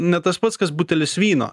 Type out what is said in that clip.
ne tas pats kas butelis vyno